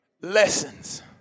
Lessons